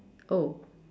oh